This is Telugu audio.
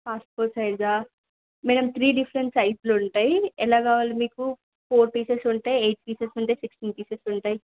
పాస్పోర్ట్ సైజా మేడమ్ త్రీ డిఫరెంట్ సైజులు ఉంటాయి ఎలా కావాలి మీకు ఫోర్ పీసెస్ ఉంటాయి ఎయిట్ పీసెస్ ఉంటాయి సిక్స్టీన్ పీసెస్ ఉంటాయి